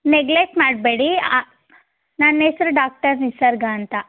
neglect ಮಾಡಬೇಡಿ ಅ ನನ್ನ ಹೆಸರು ಡಾಕ್ಟರ್ ನಿಸರ್ಗ ಅಂತ